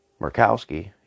Murkowski